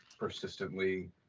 persistently